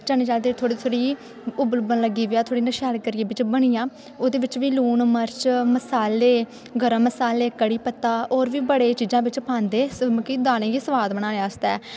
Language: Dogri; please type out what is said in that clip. चने दाल थोह्ड़ी थोह्ड़ी उब्बलन लगी पवै शैल करियै बिच्च बनी जा ओह्दे बिच्च बी लून मर्च मसाले गर्म मसाले कढ़ी पत्ता होर बी बड़े चीजां बिच्च पांदे मतलब कि दालें गी स्वाद बनाने आस्तै